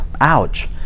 Ouch